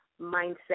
mindset